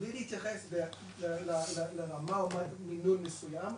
בלי להתייחס לרמה, או מה מינון מסוים לכאב,